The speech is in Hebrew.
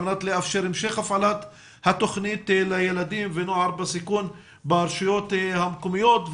על מנת לאפשר המשך הפעלת התוכנית לילדים ונוער בסיכון ברשויות המקומיות,